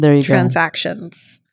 transactions